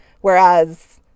whereas